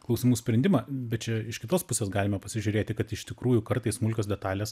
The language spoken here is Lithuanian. klausimų sprendimą bet čia iš kitos pusės galime pasižiūrėti kad iš tikrųjų kartais smulkios detalės